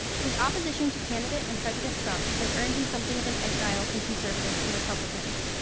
his opposition to candidate, and president trump, has earned him something of an exile from conservatives and republicans.